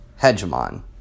hegemon